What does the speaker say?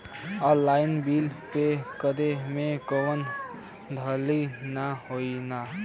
Online bill pay करे में कौनो धांधली ना होई ना?